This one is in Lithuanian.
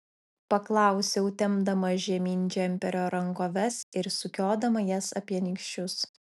paklausiau tempdama žemyn džemperio rankoves ir sukiodama jas apie nykščius